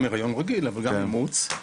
גם היריון רגיל אבל גם אימוץ.